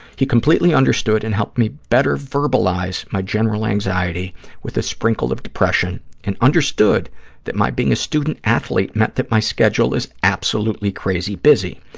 he completely understood and helped me better verbalize my general anxiety with a sprinkle of depression and understood that my being a student-athlete meant that my schedule is absolutely crazy busy.